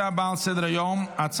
18 בעד, עשרה מתנגדים, אין נמנעים.